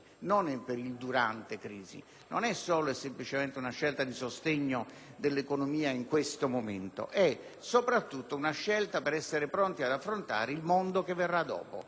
solo per il durante la crisi. Non è solo e semplicemente una scelta di sostegno dell'economia in questo momento; è soprattutto una scelta per essere pronti ad affrontare il mondo che verrà.